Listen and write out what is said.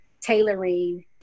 tailoring